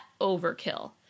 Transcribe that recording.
overkill